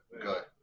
good